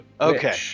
Okay